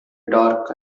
dark